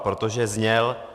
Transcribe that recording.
Protože zněl: